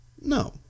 No